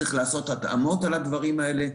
צריך לעשות התאמות על הדברים האלה.